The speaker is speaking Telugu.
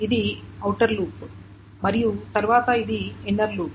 ఇది ఔటర్ లూప్ మరియు తర్వాత ఇది ఇన్నర్ లూప్